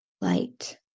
Light